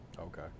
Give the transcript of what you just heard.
Okay